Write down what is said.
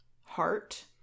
heart